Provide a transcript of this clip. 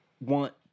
want